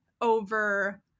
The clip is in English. over